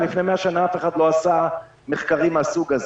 ולפני מאה שנה אף אחד לא עשה מחקרים מן הסוג הזה.